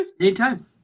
Anytime